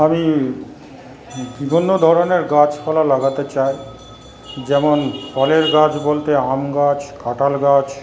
আমি বিভিন্ন ধরনের গাছপালা লাগাতে চাই যেমন ফলের গাছ বলতে আম গাছ কাঁঠাল গাছ